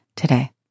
today